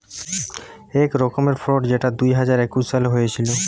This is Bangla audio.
এক রকমের ফ্রড যেটা দুই হাজার একুশ সালে হয়েছিল